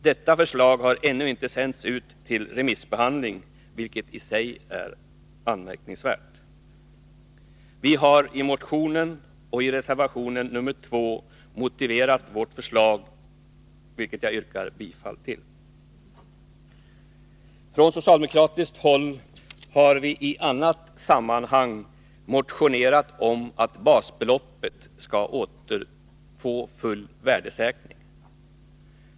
Detta förslag har ännu inte sänts ut för remissbehandling, vilket i sig är anmärkningsvärt. Vi har i motionen och i reservation nr 2 motiverat vårt förslag, och jag yrkar bifall till reservationen. Från socialdemokratiskt håll har vi i annat sammanhang motionerat om att basbeloppet skall återfå full värdesäkring.